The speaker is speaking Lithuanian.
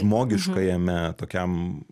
žmogiškajame tokiam